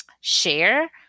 share